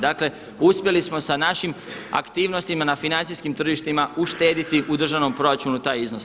Dakle, uspjeli smo s našim aktivnostima na financijskim tržištima uštedjeti u državnom proračunu taj iznos.